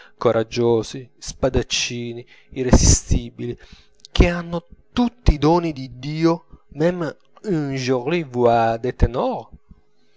coraggiosi spadaccini irresistibili che hanno tutti i doni di dio mme une